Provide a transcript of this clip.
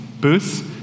Booths